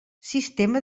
sistema